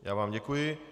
Já vám děkuji.